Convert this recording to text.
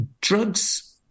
Drugs